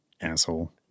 Asshole